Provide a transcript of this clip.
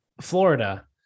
Florida